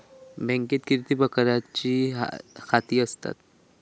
बँकेत किती प्रकारची खाती असतत?